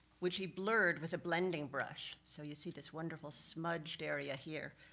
which he blurred with a blending brush. so you see this wonderful smudged area here,